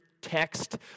text